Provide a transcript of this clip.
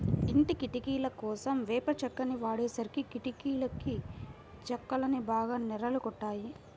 ఇంటి కిటికీలకోసం వేప చెక్కని వాడేసరికి కిటికీ చెక్కలన్నీ బాగా నెర్రలు గొట్టాయి